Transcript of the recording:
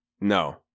No